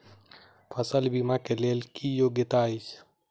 फसल बीमा केँ लेल की योग्यता अछि?